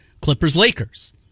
Clippers-Lakers